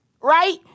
right